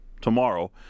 tomorrow